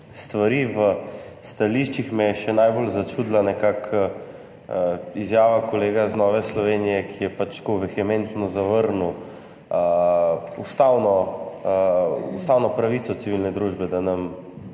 stvari v stališčih še najbolj začudila izjava kolega iz Nove Slovenije, ki je tako vehementno zavrnil ustavno pravico civilne družbe, da nam